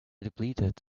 depleted